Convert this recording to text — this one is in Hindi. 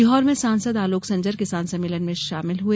सीहोर में सांसद आलोक संजर किसान सम्मेलन में शामिल हुए